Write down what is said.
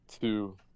two